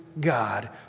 God